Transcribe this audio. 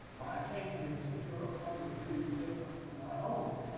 i came here to hear a point of view different from my own,